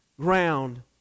ground